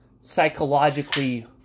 psychologically